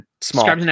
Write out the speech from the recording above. small